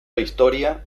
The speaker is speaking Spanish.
historia